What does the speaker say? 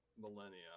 millennia